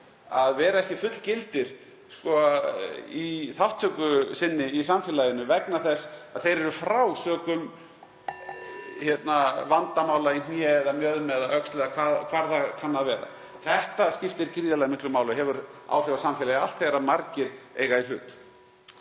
er ekki fullgilt í þátttöku sinni í samfélaginu vegna þess að það er frá sökum (Forseti hringir.) vandamála í hné eða mjöðm eða öxl eða hvar það kann að vera. Þetta skiptir gríðarlega miklu máli og hefur áhrif á samfélagið allt þegar margir eiga í hlut.